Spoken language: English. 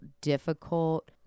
difficult